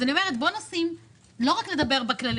בואו נדבר לא רק באופן כללי.